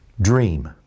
Dream